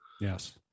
Yes